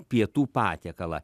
pietų patiekalą